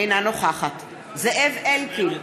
אינה נוכחת זאב אלקין,